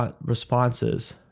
responses